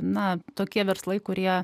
na tokie verslai kurie